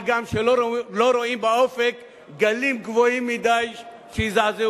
מה גם שלא רואים באופק גלים גבוהים מדי שיזעזעו.